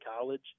college